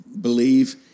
believe